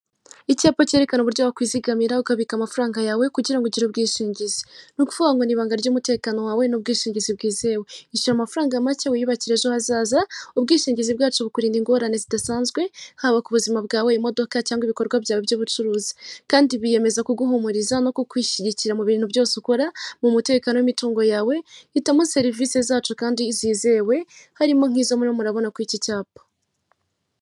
Icyapa cyerekana uburyo wakwizigamira ukabika amafaranga yawe kugira ngo ugire ubwishingizi, ni ukuvugango ni ibanga ry'umutekano wawe n'ubwishingizi bwizewe wishyura amafaranga make wiyubakira ejo hazaza ubwishingizi bwacu bukurinda ingorane zidasanzwe, haba ku buzima bwawe, imodoka, cyangwa ibikorwa byawe by'ubucuruzi kandi biyemeza kuguhumuriza nokwishyigikira mu bintu byose ukora mu mutekano w'itungo yawe, hitamo serivisi zacu kandi zizewe harimo nk'izo murimo murabona kuri iki cyapa.